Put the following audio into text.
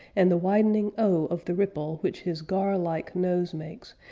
and the widening o of the ripple which his gar-like nose makes,